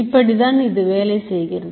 இப்படித்தான் வேலை செய்கிறது